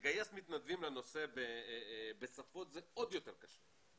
לגייס מתנדבים לנושא בשפות זה עוד יותר קשה.